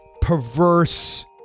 perverse